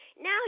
Now